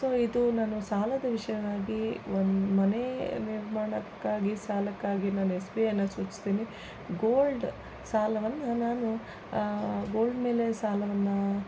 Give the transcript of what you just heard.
so ಇದು ನಾನು ಸಾಲದ ವಿಷಯವಾಗಿ ಒಂದು ಮನೆ ನಿರ್ಮಾಣಕ್ಕಾಗಿ ಸಾಲಕ್ಕಾಗಿ ನಾನು ಎಸ್ ಬಿ ಐ ನಾನು ಸೂಚಿಸ್ತೀನಿ ಗೋಲ್ಡ್ ಸಾಲವನ್ನು ನಾನು ಗೋಲ್ಡ್ ಮೇಲೆ ಸಾಲವನ್ನು